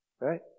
right